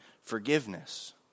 forgiveness